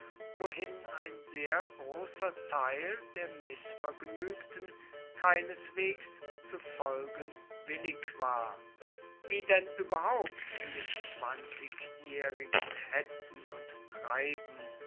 wohin ein sehr großer teil der mißvergnügten keineswegs zu folgen willig war wie denn überhaupt in dem zwanzigjährigen hetzen und treiben